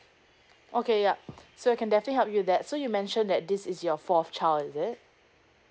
okay yup so can definitely help you that so you mention that this is your fourth child is it